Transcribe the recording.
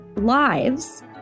lives